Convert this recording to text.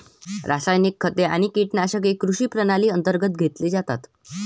रासायनिक खते आणि कीटकनाशके कृषी प्रणाली अंतर्गत घेतले जातात